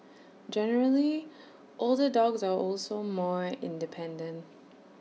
generally older dogs are also more independent